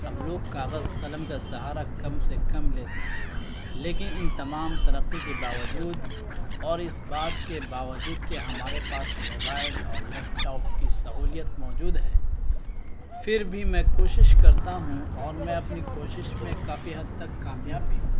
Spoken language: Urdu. اب لوگ کاغذ قلم کا سہارا کم سے کم لیتے ہیں لیکن ان تمام ترقی کے باوجود اور اس بات کے باوجود کہ ہمارے پاس موبائل اور لیپ ٹاپ کی سہولیت موجود ہے پھر بھی میں کوشش کرتا ہوں اور میں اپنی کوشش میں کافی حد تک کامیاب بھی ہوں